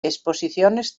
exposiciones